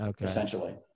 essentially